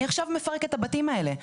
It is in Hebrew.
אני עכשיו מפרק את הבתים האלה'.